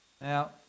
Now